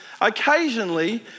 Occasionally